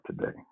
today